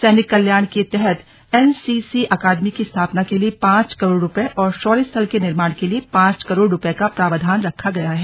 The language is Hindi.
सैनिक कल्याण के तहत एन सी सी अकादमी की स्थापना के लिए पांच करोड़ रुपये और शौर्य स्थल के निर्माण के लिए पांच करोड़ रुपये का प्रावधान रखा गया है